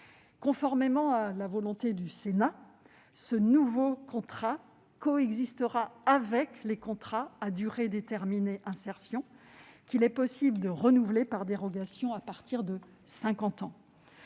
Conformément à la volonté du Sénat, ce nouveau contrat coexistera avec les contrats à durée déterminée insertion, qu'il est possible de renouveler par dérogation à partir de 50 ans.